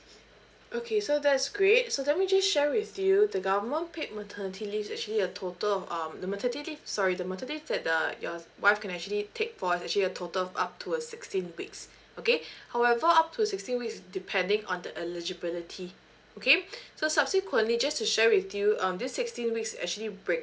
okay so that's great so let me just share with you the government paid maternity leave actually a total of um the maternity sorry the maternity that uh your wife can actually take for is actually a total of up to a sixteen weeks okay however up to sixteen weeks depending on the eligibility okay so subsequently just to share with you um this sixteen weeks actually break